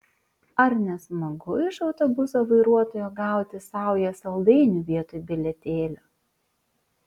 ar ne smagu iš autobuso vairuotojo gauti saują saldainių vietoj bilietėlio